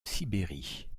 sibérie